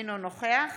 אינו נוכח